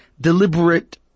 deliberate